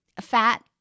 fat